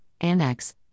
Annex